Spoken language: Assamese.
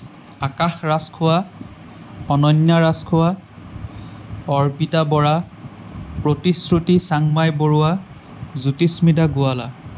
আকাশ ৰাজখোৱা অনন্যা ৰাজখোৱা অৰ্পিতা বৰা প্ৰতিশ্ৰুতি চাংমাই বৰুৱা জ্যোতিস্মিতা গোৱালা